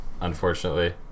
Unfortunately